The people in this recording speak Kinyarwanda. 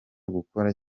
gukora